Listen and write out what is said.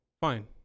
Fine